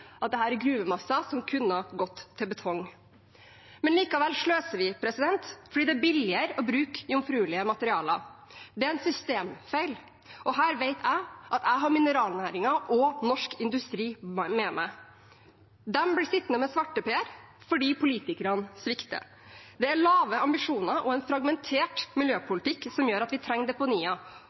systemfeil, og her vet jeg at jeg har mineralnæringen og Norsk Industri med meg. De blir sittende med svarteper fordi politikerne svikter. Det er lave ambisjoner og en fragmentert miljøpolitikk som gjør at vi trenger deponier,